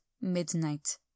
midnight